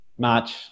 March